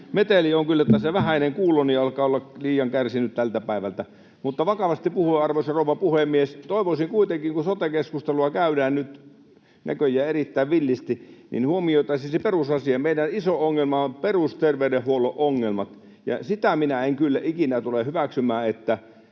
Meteliä on kyllä tässä, ja vähäinen kuuloni alkaa olla liian kärsinyt tältä päivältä. Vakavasti puhuen, arvoisa rouva puhemies, kun sote-keskustelua käydään nyt näköjään erittäin villisti, toivoisin kuitenkin, että huomioitaisiin se perusasia, että meidän iso ongelma on perusterveydenhuollon ongelmat. Sitä minä en kyllä ikinä tule hyväksymään, että